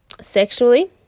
sexually